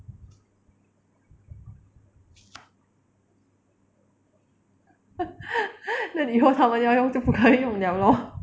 那以后他们要用就不可以用 liao lor